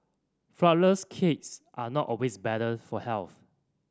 flourless cakes are not always better for health